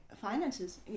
finances